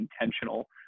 intentional